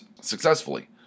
successfully